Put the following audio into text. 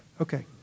Okay